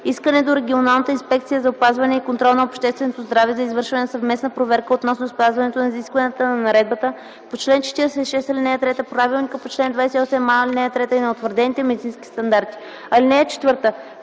искане до регионалната инспекция за опазване и контрол на общественото здраве за извършване на съвместна проверка относно спазването на изискванията на наредбата по чл. 46, ал. 3, правилника по чл. 28а, ал. 3 и на утвърдените медицински стандарти. (4)